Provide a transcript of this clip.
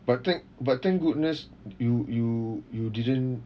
but thank but thank goodness you you you didn't